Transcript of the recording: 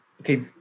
okay